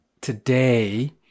today